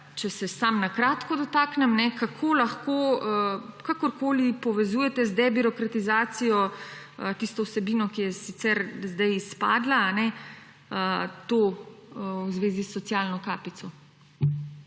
Če se samo na kratko dotaknem, kako lahko kakorkoli povezujete z debirokratizacijo tisto vsebino, ki je sicer sedaj izpadla, to v zvezi s socialno kapico,